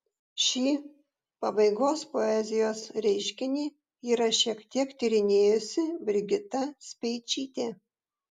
šį pabaigos poezijos reiškinį yra šiek tiek tyrinėjusi brigita speičytė